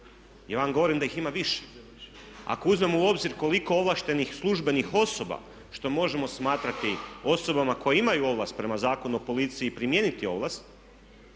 Ja vam govorim da ih ima više. Ako uzmemo u obzir koliko ovlaštenih službenih osoba što možemo smatrati osobama koje imaju ovlast prema Zakonu o policiji primijeniti ovlast